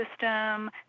system